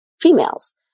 females